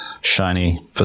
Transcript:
shiny